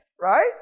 Right